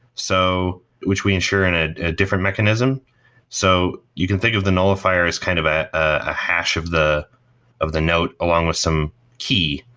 so which we ensure in a different mechanism so you can think of the nullifier as kind of ah a hash of the of the note along with some key,